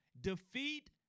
defeat